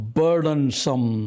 burdensome